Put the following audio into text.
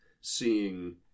seeing